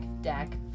deck